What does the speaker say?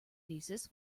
thesis